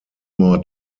more